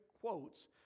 quotes